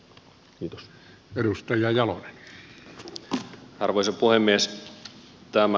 arvoisa puhemies